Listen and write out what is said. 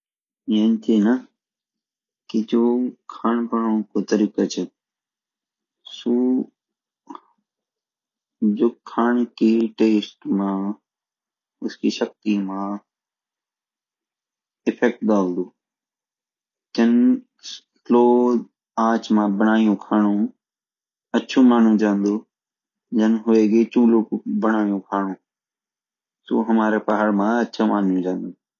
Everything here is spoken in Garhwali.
यें ची न जो खानु बनोनु का तरीका च सु जिओ खाना की टेस्ट माँ उसकी शक्ति मा इफ़ेक्ट डालदू जन स्लो आंच माँ बनायु खानु ाचु मनु जांदू जन ह्वेगी चुलु मई बनयु खानु सो ह्वेगी हमारा फाड़ा मा ाचा मनु जांदू